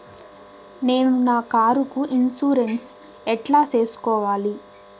నేను నా కారుకు ఇన్సూరెన్సు ఎట్లా సేసుకోవాలి